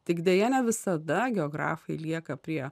tik deja ne visada geografai lieka prie